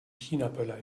chinaböller